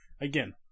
Again